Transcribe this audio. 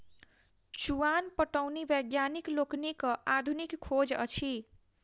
चुआन पटौनी वैज्ञानिक लोकनिक आधुनिक खोज अछि